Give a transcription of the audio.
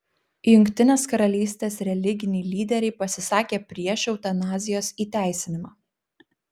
jungtinės karalystės religiniai lyderiai pasisakė prieš eutanazijos įteisinimą